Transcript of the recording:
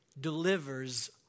delivers